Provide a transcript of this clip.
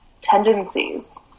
tendencies